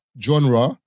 genre